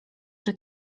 czy